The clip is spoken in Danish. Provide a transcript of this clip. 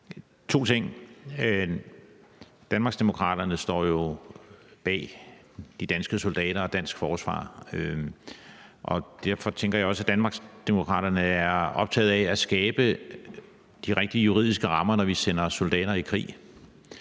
to ting. Danmarksdemokraterne står jo bag de danske soldater og dansk forsvar, og derfor tænker jeg også, at Danmarksdemokraterne er optaget af at skabe de rigtige juridiske rammer, når vi sender soldater i krig.